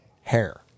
hair